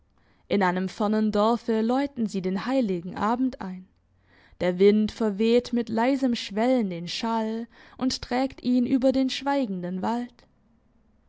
in einem fernen dorfe läuten sie den heiligen abend ein der wind verweht mit leisem schwellen den schall und trägt ihn über den schweigenden wald